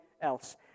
else